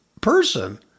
person